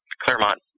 Claremont